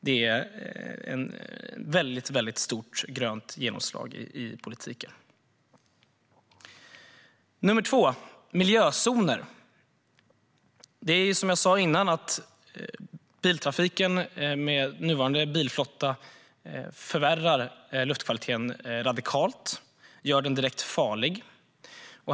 Det är ett väldigt stort grönt genomslag i politiken. Nummer två är miljözoner. Som jag sa tidigare förvärrar biltrafiken med nuvarande bilflotta luftkvaliteten radikalt och gör luften direkt farlig.